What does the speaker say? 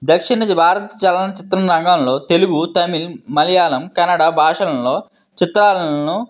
దక్షిణ భారత చలనచిత్రం రంగంలో తెలుగు తమిళం మలయాళం కన్నడ భాషలలో చిత్రాలను